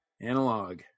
Analog